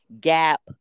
Gap